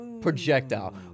Projectile